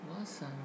Awesome